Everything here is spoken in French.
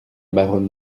baronne